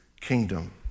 kingdom